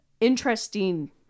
interesting